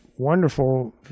wonderful